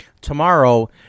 Tomorrow